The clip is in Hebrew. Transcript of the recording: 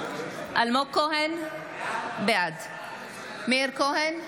בעד מאיר כהן,